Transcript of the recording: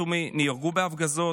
נהרגו בהפגזות,